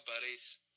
buddies